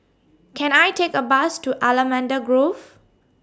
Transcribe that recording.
Can I Take A Bus to Allamanda Grove